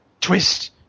Twist